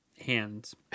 hands